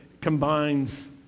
combines